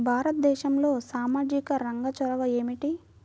భారతదేశంలో సామాజిక రంగ చొరవ ఏమిటి?